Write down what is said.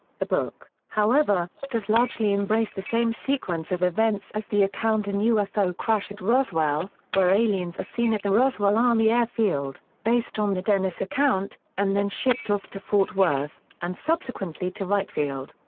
the book, however, does largely embrace the same sequence of events as the account in ufo crash at roswell, where aliens are seen at the roswell army air field, based on the dennis account, and then shipped off to fort worth, and subsequently to wright field.